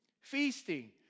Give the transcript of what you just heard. feasting